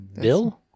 Bill